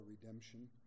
redemption